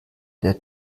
der